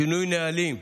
שינוי נהלים,